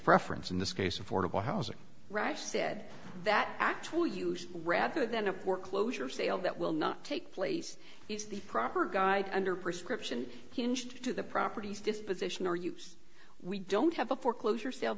preference in this case affordable housing rife said that actual use rather than a foreclosure sale that will not take place is the proper guide under prescription hinged to the properties disposition or use we don't have a foreclosure sale